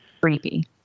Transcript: Creepy